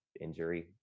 injury